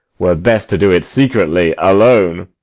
were best to do it secretly alone.